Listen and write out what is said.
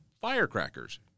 firecrackers